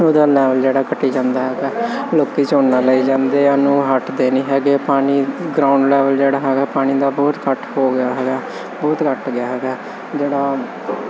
ਉਹਦਾ ਲੈਵਲ ਜਿਹੜਾ ਘਟੀ ਜਾਂਦਾ ਹੈਗਾ ਲੋਕ ਝੋਨਾ ਲਾਈ ਜਾਂਦੇ ਆ ਉਹਨੂੰ ਹਟਦੇ ਨਹੀਂ ਹੈਗੇ ਪਾਣੀ ਗਰਾਉਂਡ ਲੈਵਲ ਜਿਹੜਾ ਹੈਗਾ ਪਾਣੀ ਦਾ ਬਹੁਤ ਘੱਟ ਹੋ ਗਿਆ ਹੈਗਾ ਬਹੁਤ ਘੱਟ ਗਿਆ ਹੈਗਾ ਜਿਹੜਾ